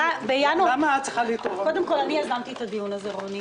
למה את צריכה לטעון?